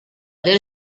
del